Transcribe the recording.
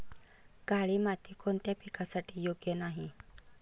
काळी माती कोणत्या पिकासाठी योग्य नाही?